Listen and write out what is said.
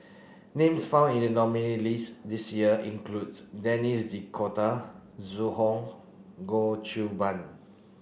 names found in the nominees' list this year include Denis D'Cotta Zhu Hong Goh Qiu Bin